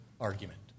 argument